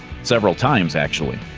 several times, actually.